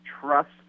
trust